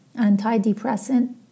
Antidepressant